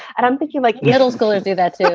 and i'm thinking like yeah adults going to do that,